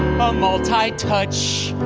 a multitouch,